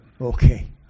Okay